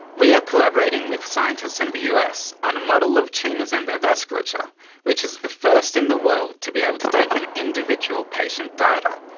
we are collaborating with scientists in the us on a model of tumours and their vasculature which is the first in the world to be able to take an individual patient data,